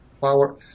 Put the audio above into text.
power